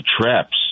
traps